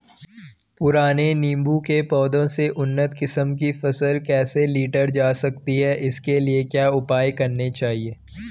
पुराने नीबूं के पौधें से उन्नत किस्म की फसल कैसे लीटर जा सकती है इसके लिए क्या उपाय करने चाहिए?